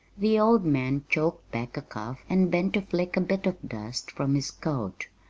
the old man choked back a cough and bent to flick a bit of dust from his coat.